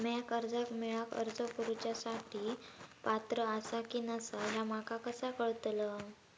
म्या कर्जा मेळाक अर्ज करुच्या साठी पात्र आसा की नसा ह्या माका कसा कळतल?